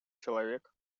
человек